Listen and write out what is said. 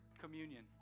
communion